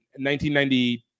1990